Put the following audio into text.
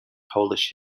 polish